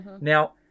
Now